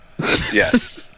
yes